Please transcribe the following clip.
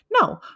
No